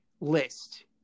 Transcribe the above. list